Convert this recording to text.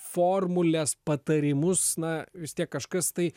formules patarimus na vis tiek kažkas tai